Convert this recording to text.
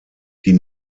die